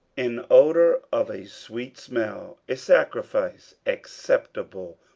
an odour of a sweet smell, a sacrifice acceptable,